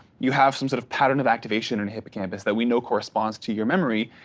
you have some sort of pattern of activation in hippocampus that we know course bonds to your memory,